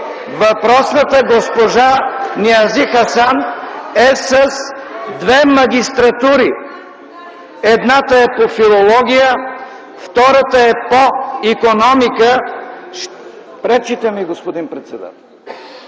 Въпросната госпожа Ниази Хасан е с две магистратури. Едната е по филология, втората е по икономика ... ...Пречите ми, господин председател!